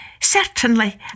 Certainly